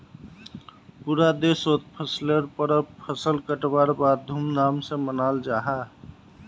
पूरा देशोत फसलेर परब फसल कटवार बाद धूम धाम से मनाल जाहा